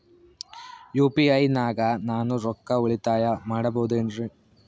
UPI ನಾಗ ನಾನು ರೊಕ್ಕ ಉಳಿತಾಯ ಮಾಡಬಹುದೇನ್ರಿ?